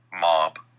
mob